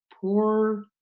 poor